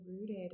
rooted